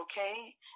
okay